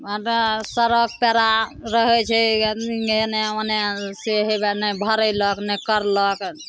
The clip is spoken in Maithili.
सड़क पेड़ा रहै छै गर्मीमे एन्ने ओन्ने से हेवए नहि भरैलक नहि कयलक